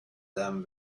them